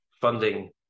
funding